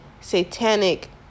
satanic